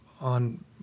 on